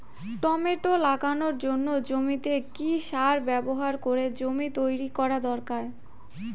Tomato লাগানোর জন্য জমিতে কি সার ব্যবহার করে জমি তৈরি করা দরকার?